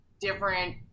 different